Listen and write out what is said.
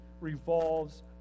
revolves